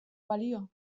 balio